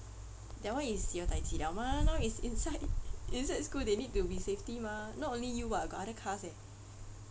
that one is your daiji liao mah now is inside inside school they need to be safety mah not only you [what] got other cars eh